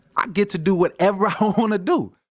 i get to do whatever i want to do.